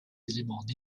éléments